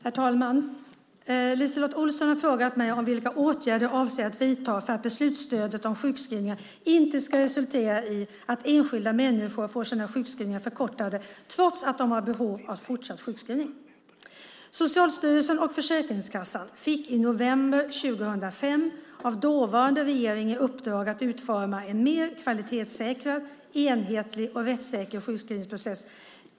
Herr talman! LiseLotte Olsson har frågat mig om vilka åtgärder jag avser att vidta för att beslutsstöden om sjukskrivningar inte ska resultera i att enskilda människor får sina sjukskrivningar förkortade trots att de har behov av fortsatt sjukskrivning. Socialstyrelsen och Försäkringskassan fick i november 2005 av dåvarande regeringen i uppdrag att utforma en mer kvalitetssäkrad, enhetlig och rättssäker sjukskrivningsprocess.